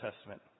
Testament